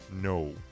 No